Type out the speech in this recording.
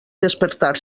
despertar